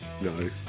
no